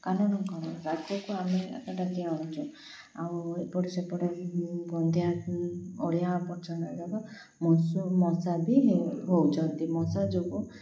କାରଣ କଣ ଆର୍ ଯୋଗୁ ଆମେ ଏଟାକି ଆଣୁଛୁ ଆଉ ଏପଟ ସେପଟେ ଗନ୍ଧିଆ ଅଳିଆ ଆବର୍ଜନା ଯାକ ମଶା ବି ହଉଛନ୍ତି ମଶା ଯୋଗୁ